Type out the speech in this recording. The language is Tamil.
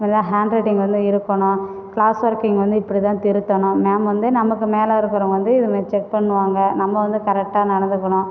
நல்லா ஹேண்ட் ரைட்டிங் வந்து இருக்கணும் கிளாஸ் ஒர்க்கு இங்கே வந்து இப்பிடி தான் திருத்தணும் மேம் வந்து நமக்கு மேலே இருக்கிறவங்க வந்து இதுமாரி செக் பண்ணுவாங்க நம்ம வந்து கரெக்டாக நடந்துக்கணும்